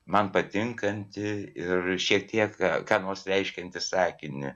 man patinkantį ir šiek tiek ką nors reiškianti sakinį